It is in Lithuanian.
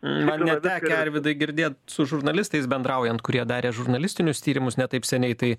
man net tekę arvydai girdėt su žurnalistais bendraujant kurie darė žurnalistinius tyrimus ne taip seniai tai